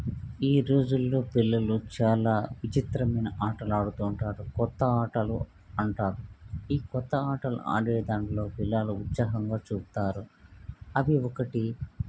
ఈ రోజుల్లో పిల్లలు చాలా విచిత్రమైన ఆటలు ఆడుతూ ఉంటారు క్రొత్త ఆటలు అంటారు ఈ క్రొత్త ఆటలు ఆడేదాంట్లో పిల్లలు ఉత్సాహంగా చూపుతారు అవి ఒకటి